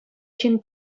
ҫын